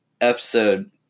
episode